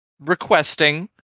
requesting